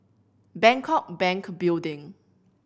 Bangkok Bank Building